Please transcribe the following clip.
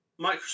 Microsoft